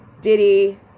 diddy